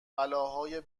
بلاهای